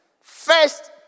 First